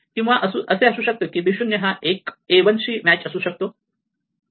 किंवा असे असू शकते की b 0 हा a 1 शी मॅच असू शकतो